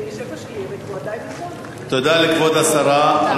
תודה לכבוד השרה.